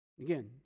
Again